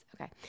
okay